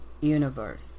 universe